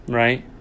right